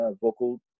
vocal